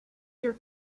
your